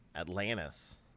Atlantis